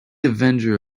avenger